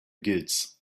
gates